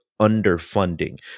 underfunding